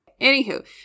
Anywho